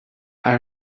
are